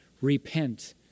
Repent